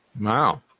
Wow